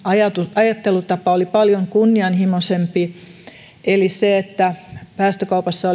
ajattelutapa oli paljon kunnianhimoisempi eli se että päästökaupassa